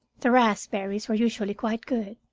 the raspberries were usually quite good,